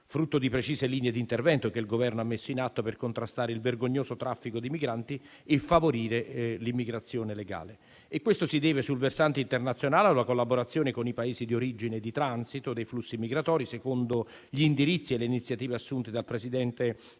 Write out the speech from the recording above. frutto di precise linee di intervento che il Governo ha messo in atto per contrastare il vergognoso traffico di migranti e favorire l'immigrazione legale. Questo si deve, sul versante internazionale, alla collaborazione con i Paesi di origine e di transito dei flussi migratori, secondo gli indirizzi e le iniziative assunte dal Presidente